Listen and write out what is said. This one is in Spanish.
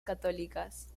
católicas